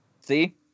See